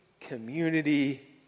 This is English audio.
community